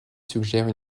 suggèrent